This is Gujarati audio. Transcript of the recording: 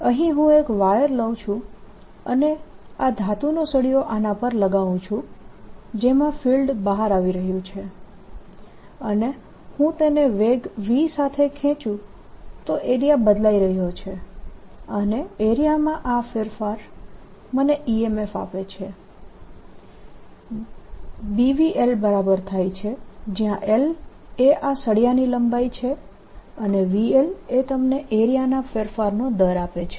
અહીં હું એક વાયર લઉં છું અને આ ધાતુનો સળિયો આના પર લગાવું છું જેમાં ફિલ્ડ બહાર આવી રહ્યું છે અને હું તેને વેગ v સાથે ખેંચું તો એરિયા બદલાઇ રહ્યો છે અને એરિયામાં આ ફેરફાર મને EMF આપે છે Bvl બરાબર છે જ્યાં l એ આ સળિયાની લંબાઈ છે અને vl એ તમને એરિયાના ફેરફારનો દર આપે છે